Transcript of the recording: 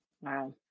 Wow